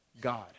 God